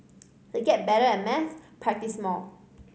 to get better at maths practise more